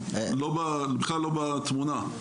בכלל לא בתמונה.